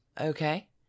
Okay